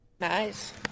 Nice